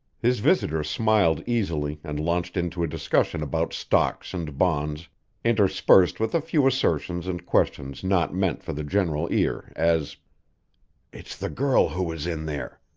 his visitor smiled easily and launched into a discussion about stocks and bonds interspersed with a few assertions and questions not meant for the general ear, as it's the girl who is in there.